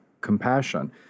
compassion